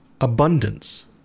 abundance